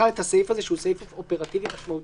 בכלל את הסעיף הזה שהוא סעיף אופרטיבי משמעותי,